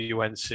UNC